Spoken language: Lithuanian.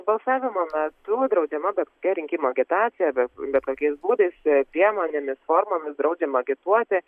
balsavimo metu draudžiama bet kokia rinkimų agitacija bet bet kokiais būdais priemonėmis formomis draudžiama agituoti